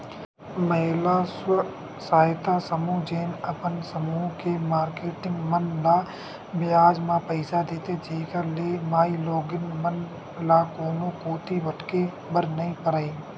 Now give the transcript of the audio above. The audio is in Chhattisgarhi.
महिला स्व सहायता समूह जेन अपन समूह के मारकेटिंग मन ल बियाज म पइसा देथे, जेखर ले माईलोगिन मन ल कोनो कोती भटके बर नइ परय